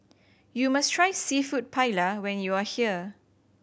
you must try Seafood Paella when you are here